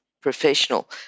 professional